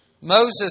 Moses